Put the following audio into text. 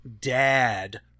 dad